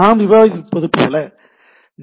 நாம் விவாதித்தது போல டி